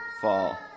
fall